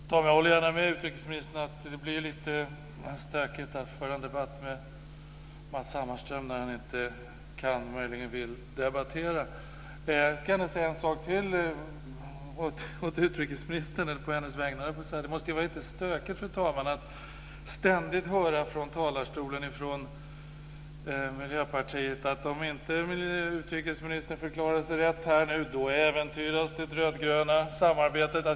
Fru talman! Jag håller gärna med utrikesministern om att det blir lite stökigt att föra en debatt med Matz Hammarström när han inte kan eller möjligen inte vill debattera. Jag vill också säga ytterligare en sak som berör utrikesministern. Det måste vara lite stökigt att från talarstolen ständigt höra miljöpartister säga att om utrikesministern inte uttrycker sig på rätt sätt, äventyras det rödgröna samarbetet.